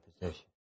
position